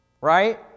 right